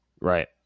Right